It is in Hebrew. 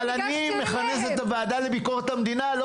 אבל אני מכנס את הוועדה לביקורת המדינה לא